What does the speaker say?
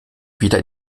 wieder